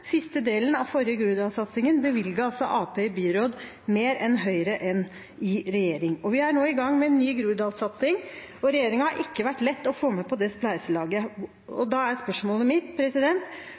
siste del av den forrige Groruddalssatsingen bevilget Arbeiderpartiet i byråd mer enn Høyre i regjering. Vi er nå i gang med en ny Groruddalssatsing, og regjeringen har ikke vært lett å få med på det spleiselaget. Da er spørsmålet mitt: